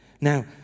Now